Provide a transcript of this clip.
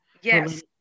Yes